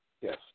Yes